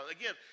again